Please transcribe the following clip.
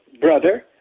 brother